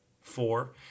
four